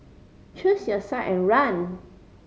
choose your side and run